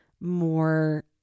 more